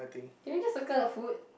can you just circle the foot